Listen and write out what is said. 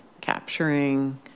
capturing